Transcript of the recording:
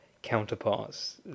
counterparts